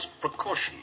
precaution